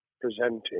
presenting